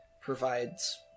provides